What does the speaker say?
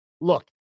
Look